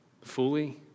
fully